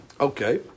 Okay